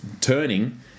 turning